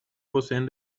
poseen